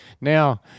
now